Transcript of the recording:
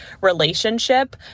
relationship